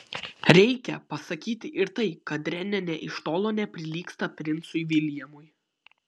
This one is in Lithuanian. reikia pasakyti ir tai kad renė nė iš tolo neprilygsta princui viljamui